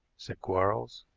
said quarles.